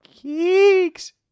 geeks